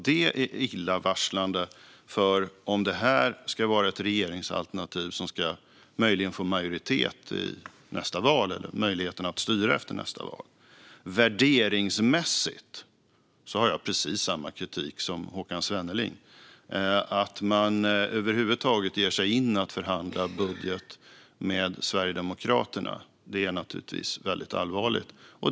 Det är illavarslande. Om detta ska vara ett regeringsalternativ som möjligen ska få majoritet i nästa val eller få möjlighet att styra efter nästa val har jag värderingsmässigt precis samma kritik som Håkan Svenneling. Att man över huvud taget ger sig in på att förhandla budget med Sverigedemokraterna är naturligtvis väldigt allvarligt.